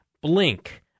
Blink